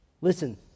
Listen